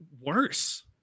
worse